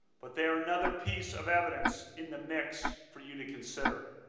but there another peace of evidence in the mix for you to consider.